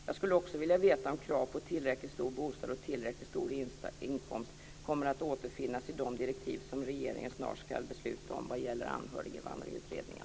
Jag skulle också vilja veta om krav på tillräckligt stor bostad och tillräckligt stor inkomst kommer att återfinnas i de direktiv som regeringen snart ska besluta om vad gäller Anhöriginvandringsutredningen.